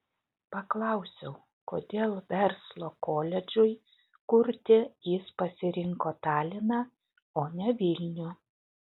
paklausiau kodėl verslo koledžui kurti jis pasirinko taliną o ne vilnių